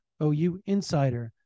OUInsider